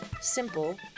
simple